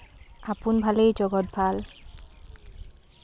আপোন ভালেই জগত ভাল